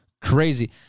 crazy